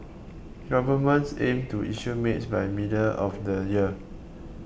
governments aims to issue mid by middle of the year